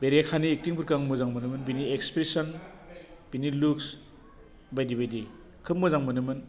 बे रेखानि एकटिंफोरखौ आं मोजां मोनोमोन बेनि एक्सप्रेसन बिनि लुक्स बायदि बायदि खोब मोजां मोनोमोन